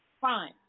fine